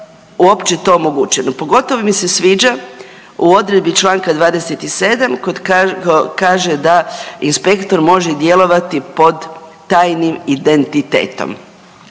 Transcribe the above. uopće to omogućeno. Pogotovo mi se sviđa u odredbi članka 27. kad kaže da inspektor može djelovati pod tajnim identitetom.